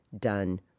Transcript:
done